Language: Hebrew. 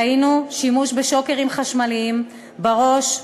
ראינו שימוש בשוקרים חשמליים בראש,